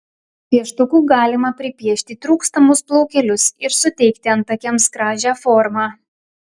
pieštuku galima pripiešti trūkstamus plaukelius ir suteikti antakiams gražią formą